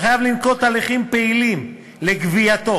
וחייב לנקוט הליכים פעילים לגבייתו,